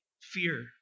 fear